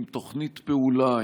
עם תוכנית פעולה,